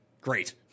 Great